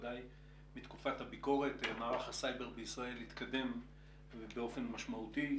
הביקורת הזה מערך הסייבר התקדם באופן משמעותי.